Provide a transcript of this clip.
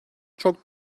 çok